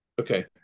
okay